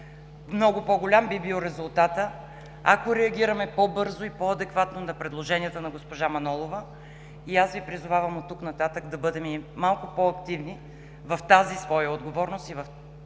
Много по-голям би бил резултатът, ако реагираме по-бързо и по-адекватно на предложенията на госпожа Манолова. И аз Ви призовавам оттук нататък да бъдем малко по-активни в тази своя отговорност